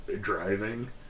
driving